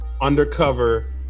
undercover